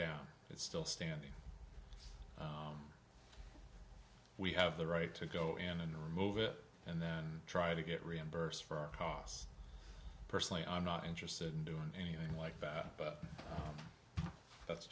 down it's still standing we have the right to go in and remove it and then try to get reimbursed for our costs personally i'm not interested in doing anything like that but that's